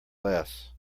less